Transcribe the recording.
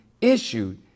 issued